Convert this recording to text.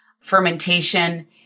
Fermentation